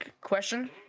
question